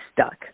stuck